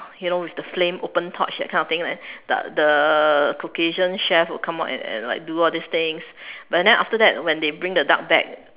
you know with the flame open torch that kind of thing then the the Caucasian chef will come out and and do all these things but after that when they bring the duck back